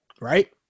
right